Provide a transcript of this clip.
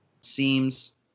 seems